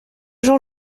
jean